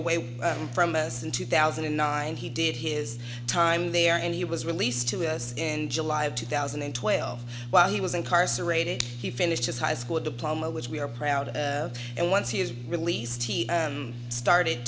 away from us in two thousand and nine he did his time there and he was released to us in july of two thousand and twelve while he was incarcerated he finished his high school diploma which we are proud of and once he is released he started